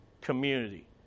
community